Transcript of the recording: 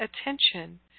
attention